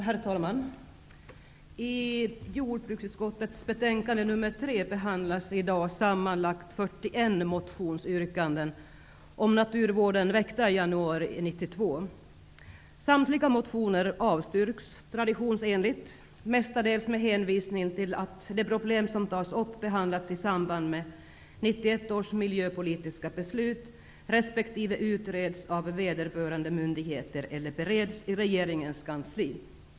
Herr talman! I jordbruksutskottets betänkande nr 3 behandlas sammanlagt 41 motionsyrkanden om naturvården, väckta i januari 1992. Samtliga motioner avstyrks traditionsenligt av utskottet, mestadels med hänvisning till att de problem som tas upp behandlats i samband med 1991 års miljöpolitiska beslut resp. utreds av vederbörande myndigheter eller bereds i regeringens kansli.